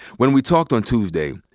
when we talked on tuesday,